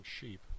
sheep